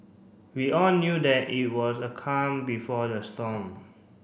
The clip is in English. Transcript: we all knew that it was a calm before the storm